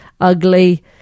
ugly